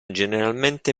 generalmente